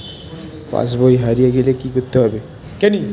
পাশবই হারিয়ে গেলে কি করতে হবে?